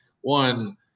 one